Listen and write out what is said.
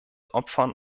opfern